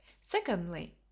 Secondly